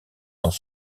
dans